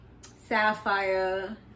sapphire